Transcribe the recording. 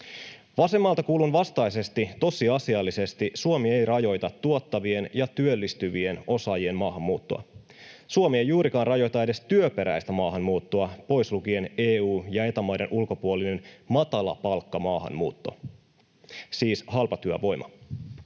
Vasemmalta kuullun vastaisesti tosiasiallisesti Suomi ei rajoita tuottavien ja työllistyvien osaajien maahanmuuttoa. Suomi ei juurikaan rajoita edes työperäistä maahanmuuttoa, pois lukien EU- ja Eta-maiden ulkopuolinen matalapalkkamaahanmuutto, siis halpatyövoima.